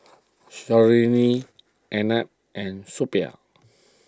Sarojini Arnab and Suppiah